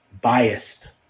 biased